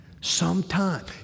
Sometime